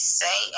say